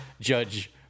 Judge